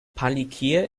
palikir